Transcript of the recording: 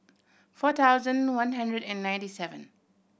four thousand one hundred and ninety seven